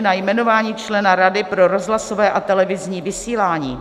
Návrh na jmenování člena Rady pro rozhlasové a televizní vysílání